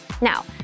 Now